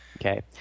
okay